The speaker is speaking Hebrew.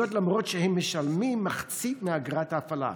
למרות שהם משלמים מחצית מאגרת ההפעלה.